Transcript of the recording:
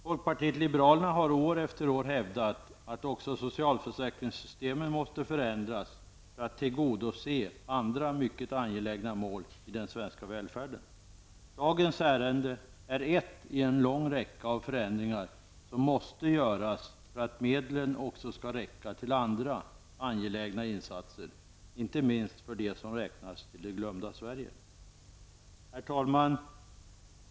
Folkpartiet liberalerna har år efter år hävdat att också socialförsäkringssystemen måste förändras för att tillgodose andra mycket angelägna mål i den svenska välfärden. Dagens ärende är ett i en lång räcka av förändringar som måste göras för att medlen också skall räcka till andra angelägna insatser, inte minst för dem som räknas till glömda Herr talman!